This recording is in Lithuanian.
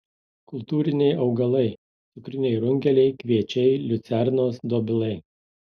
kultūriniai augalai cukriniai runkeliai kviečiai liucernos dobilai